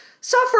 suffer